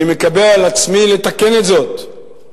אני מקבל על עצמי לתקן את זאת.